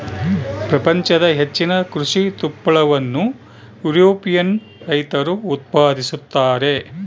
ಪ್ರಪಂಚದ ಹೆಚ್ಚಿನ ಕೃಷಿ ತುಪ್ಪಳವನ್ನು ಯುರೋಪಿಯನ್ ರೈತರು ಉತ್ಪಾದಿಸುತ್ತಾರೆ